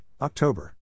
October